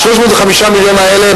305 המיליון האלה,